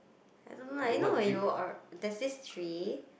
I don't know like you know you are there's this tree